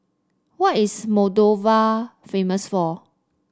what is Moldova famous for